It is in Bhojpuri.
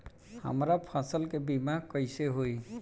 हमरा फसल के बीमा कैसे होई?